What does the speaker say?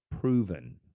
proven